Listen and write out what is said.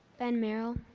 ben merrill.